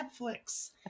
Netflix